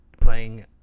playing